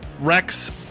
Rex